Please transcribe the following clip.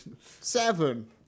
seven